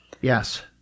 Yes